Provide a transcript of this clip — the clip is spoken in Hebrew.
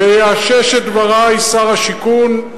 ויאשש את דברי שר השיכון.